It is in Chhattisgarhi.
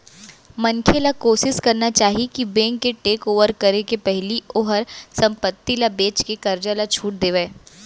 मनखे ल कोसिस करना चाही कि बेंक के टेकओवर करे के पहिली ओहर संपत्ति ल बेचके करजा ल छुट देवय